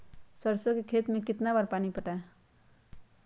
सरसों के खेत मे कितना बार पानी पटाये?